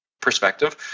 perspective